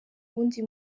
wundi